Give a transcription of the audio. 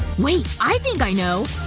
wait, i think i know!